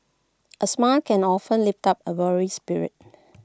A smile can often lift up A weary spirit